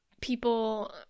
people